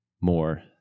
more